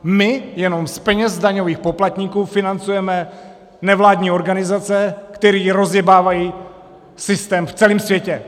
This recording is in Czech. My jenom z peněz daňových poplatníků financujeme nevládní organizace, které rozjebávají systém v celém světě!